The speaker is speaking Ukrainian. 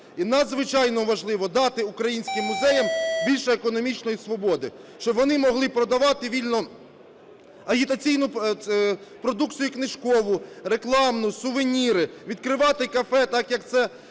І надзвичайно важливо дати українським музеям більше економічної свободи, щоб вони могли продавати вільно агітаційну продукцію книжкову, рекламну, сувеніри, відкривати кафе, так, як в